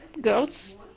Girls